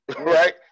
right